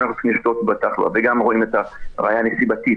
רואים את הראיה הנסיבתית,